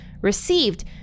received